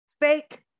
fake